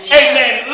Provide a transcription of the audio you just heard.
amen